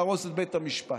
להרוס את בית המשפט.